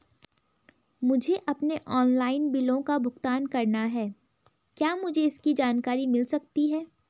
मुझे अपने ऑनलाइन बिलों का भुगतान करना है क्या मुझे इसकी जानकारी मिल सकती है?